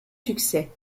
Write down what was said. succès